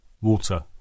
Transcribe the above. Water